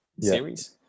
series